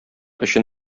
өчен